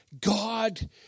God